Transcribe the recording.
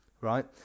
right